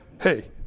Hey